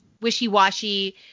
wishy-washy